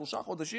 שלושה חודשים,